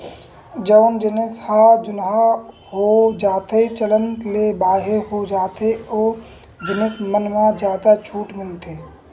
जउन जिनिस ह जुनहा हो जाथेए चलन ले बाहिर हो जाथे ओ जिनिस मन म जादा छूट मिलथे